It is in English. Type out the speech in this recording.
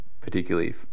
Particularly